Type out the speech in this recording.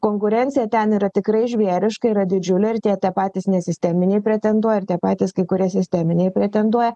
konkurencija ten yra tikrai žvėriška yra didžiulė ir tie tie patys nesisteminiai pretenduoja ir tie patys kai kurie sisteminiai pretenduoja